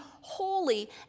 holy